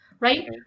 Right